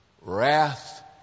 Wrath